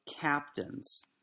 captains